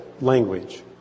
language